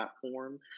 platform